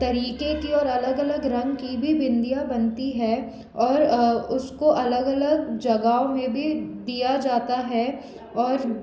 तरीक़े के और अलग अलग रंग की भी बिंदियाँ बनती है और उसको अलग अलग जगाहों में भी दिया जाता है और